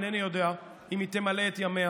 אינני יודע אם היא תמלא את ימיה